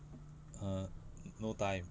err no time